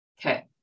Okay